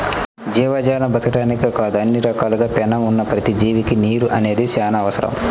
జీవజాలం బతకడానికే కాదు అన్ని రకాలుగా పేణం ఉన్న ప్రతి జీవికి నీరు అనేది చానా అవసరం